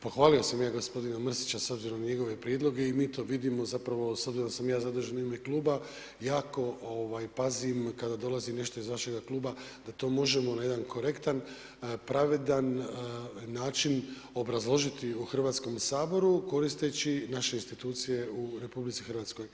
Pohvalio sam ja gospodina Mrsića, s obzirom na njegove prijedloge i mi to vidimo zapravo, s obzirom da sam ja zadužen u ime Kluba, jako ovaj, pazim kada dolazi nešto iz vašega Kluba da to možemo na jedan korektan, pravedan način obrazložiti u Hrvatskom saboru koristeći naše institucije u RH.